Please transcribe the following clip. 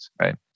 right